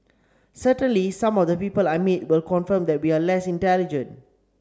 certainly some of the people I meet will confirm that we are less intelligent